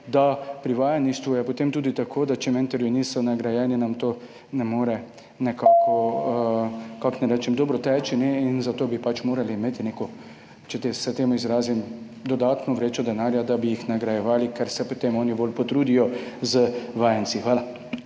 je pri vajeništvu tudi tako, da če mentorji niso nagrajeni, nam to ne more – kako naj rečem? – dobro teči. In zato bi morali imeti neko, če se tako izrazim, dodatno vrečo denarja, da bi jih nagrajevali, ker se potem oni bolj potrudijo z vajenci. Hvala.